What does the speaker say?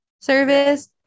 service